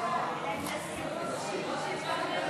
סעיף 1 נתקבל.